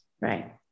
Right